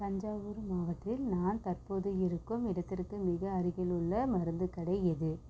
தஞ்சாவூர் மாவட்டத்தில் நான் தற்போது இருக்கும் இடத்திற்கு மிக அருகிலுள்ள மருந்துக் கடை எது